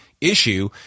issue